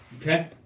Okay